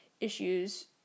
issues